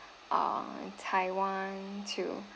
uh taiwan to